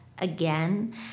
again